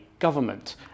government